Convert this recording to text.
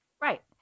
Right